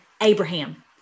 abraham